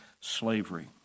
slavery